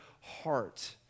heart